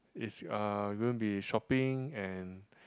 it's uh going to be shopping and